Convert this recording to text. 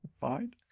Fine